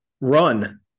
run